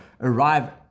arrive